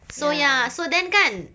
so ya so then kan